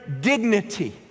dignity